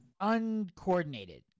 uncoordinated